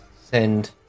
send